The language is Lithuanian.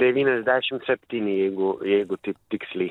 devyniasdešimt septyni jeigu jeigu taip tiksliai